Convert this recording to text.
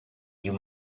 you